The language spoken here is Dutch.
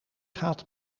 gaat